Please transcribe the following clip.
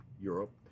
Europe